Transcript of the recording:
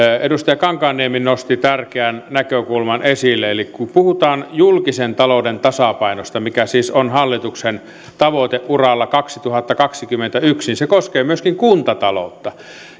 edustaja kankaanniemi nosti tärkeän näkökulman esille eli kun puhutaan julkisen talouden tasapainosta mikä siis on hallituksen tavoiteuralla kaksituhattakaksikymmentäyksi niin se koskee myöskin kuntataloutta